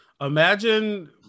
imagine